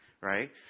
right